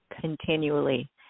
continually